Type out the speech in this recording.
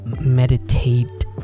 meditate